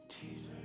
Jesus